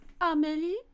Amelie